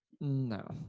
No